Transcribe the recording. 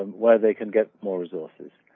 um where they can get more resources.